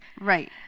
right